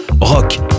Rock